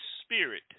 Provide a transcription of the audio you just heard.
spirit